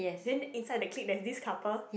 then inside the clique there's this couple